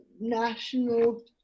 national